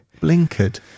Blinkered